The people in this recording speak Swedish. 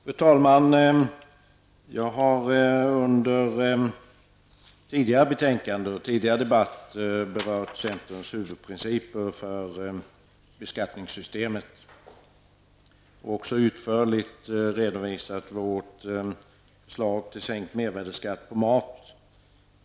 Fru talman! Jag har under tidigare debatt berört centerns huvudprinciper för beskattningssystemet och även utförligt redovisat vårt förslag till sänkt mervärdeskatt på mat.